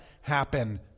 happen